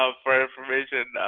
ah for information.